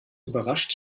überrascht